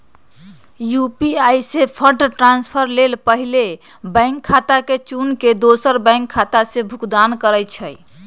UPI से fund transfer लेल पहिले बैंक खता के चुन के दोसर बैंक खता से भुगतान करइ छइ